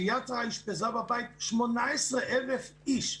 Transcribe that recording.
ש"יד שרה" אשפזה בבית - 18,000 איש,